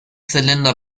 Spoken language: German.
zylinder